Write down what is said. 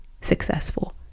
successful